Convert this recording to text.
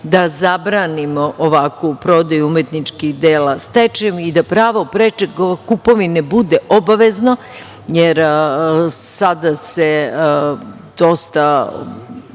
da zabranimo ovakvu prodaju umetničkih dela stečajem i da pravo preče kupovine bude obavezno, jer sada se dosta,